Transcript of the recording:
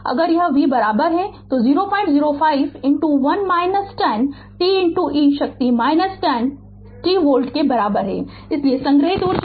अगर यह v बराबर होगा तो 005 1 10 t e शक्ति - 10 t वोल्ट के बराबर है इसलिए संग्रहीत ऊर्जा आधा Li 2है